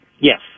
Yes